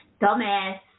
dumbass